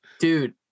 Dude